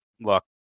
Look